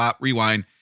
rewind